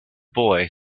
boy